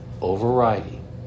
overriding